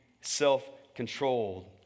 self-controlled